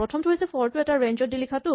প্ৰথমটো হৈছে ফৰ টো এটা ৰেঞ্জ ত দি লিখাটো